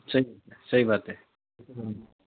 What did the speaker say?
सही सही बात है